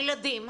הילדים,